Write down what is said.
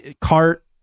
CART